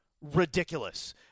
ridiculous